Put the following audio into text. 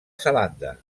zelanda